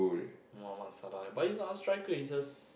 Mohamed Salah but he's a striker it's just